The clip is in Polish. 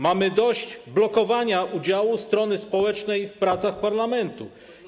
Mamy dość blokowania udziału strony społecznej w pracach parlamentu.